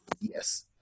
yes